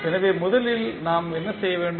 எனவே முதலில் நாம் என்ன செய்ய வேண்டும்